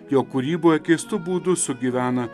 jo kūryboje keistu būdu sugyvena